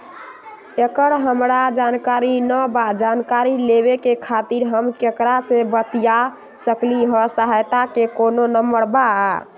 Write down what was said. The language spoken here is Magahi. एकर हमरा जानकारी न बा जानकारी लेवे के खातिर हम केकरा से बातिया सकली ह सहायता के कोनो नंबर बा?